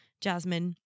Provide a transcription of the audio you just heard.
Jasmine